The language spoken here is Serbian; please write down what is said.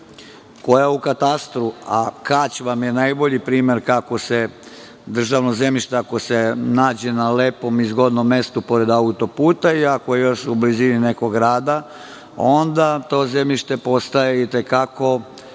koja u katastru, a Kać vam je najbolji primer kako se državno zemljište, ako se nađe na lepom i zgodnom mestu, pored autoputa i ako je još u blizini nekog grada, onda to poljoprivredno